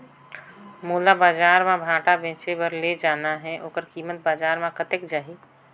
मोला बजार मां भांटा बेचे बार ले जाना हे ओकर कीमत बजार मां कतेक जाही?